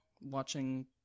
watching